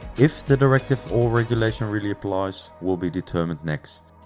if the directive or regulation really applies will be determined next.